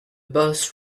boss